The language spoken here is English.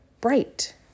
bright